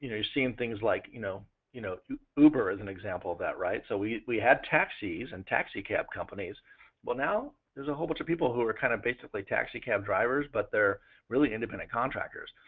you're seeing things like, you know you know uber is an example of that right. so we we had taxis and taxi cab companies but now, there's a whole bunch of people who are kind of basically taxi cab drivers but they are really independent contractors.